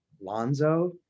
Lonzo